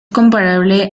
comparable